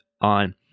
on